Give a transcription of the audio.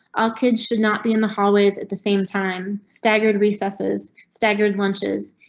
all kids should not be in the hallways at the same time. staggered recess is staggered lunches.